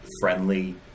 friendly